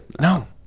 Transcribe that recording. No